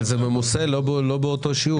אבל זה ממוסה לא באותו שיעור.